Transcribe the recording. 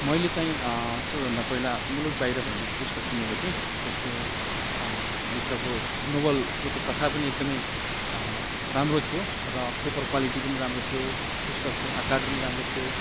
मैले चाहिँ सबभन्दा पहिला मुलुक बाहिर भन्ने पुस्तक किनेको थिएँ त्यसको भित्रको नोवेलको त्यो कथा पनि एकदम राम्रो थियो र पेपर क्वालिटी पनि राम्रो थियो पुस्तकको आकार पनि राम्रो थियो